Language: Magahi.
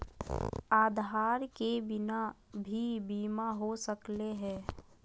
आधार के बिना भी बीमा हो सकले है?